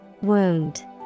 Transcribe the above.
Wound